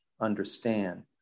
understand